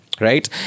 Right